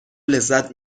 لذت